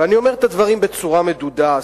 ואני אומר את הדברים בצורה מדודה,